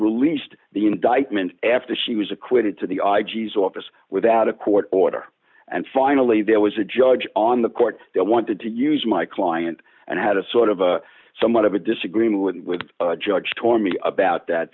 released the indictment after she was acquitted to the i g s office without a court order and finally there was a judge on the court they wanted to use my client and i had a sort of a somewhat of a disagreement with judge tore me about that